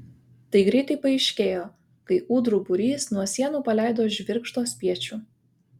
tai greitai paaiškėjo kai ūdrų būrys nuo sienų paleido žvirgždo spiečių